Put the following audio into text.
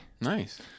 Nice